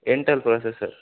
intel processor